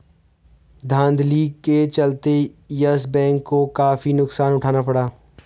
धांधली के चलते यस बैंक को काफी नुकसान उठाना पड़ा